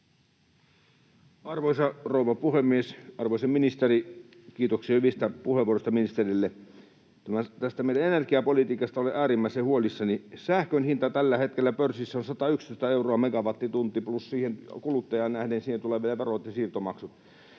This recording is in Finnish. Arvoisa rouva puhemies! Arvoisa ministeri! Kiitoksia hyvistä puheenvuoroista ministerille. Tästä meidän energiapolitiikasta olen äärimmäisen huolissani. Sähkön hinta tällä hetkellä pörssissä on 111 euroa megawattitunnilta, plus kuluttajaan nähden siihen tulee vielä verot ja siirtomaksut.